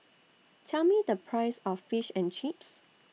Tell Me The Price of Fish and Chips